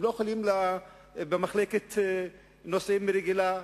הם לא יכולים במחלקת נוסעים רגילה?